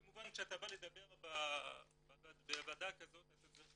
כמובן כשאתה בא לדבר בוועדה כזאת אתה צריך